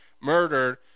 murdered